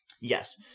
yes